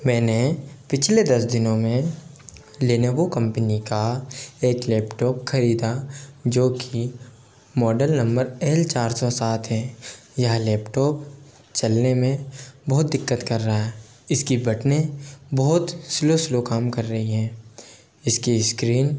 मैंने पिछले दस दिनों में लिनोवो कम्पनी का एक लैपटॉप ख़रीदा जो कि मोडल नम्बर एल चार सौ सात है यह लैपटॉप चलने में बहुत दिक्कत कर रहा है इस की बटनें बहुत स्लो स्लो काम कर रही हैं इस की इस्क्रीन